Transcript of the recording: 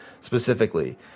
specifically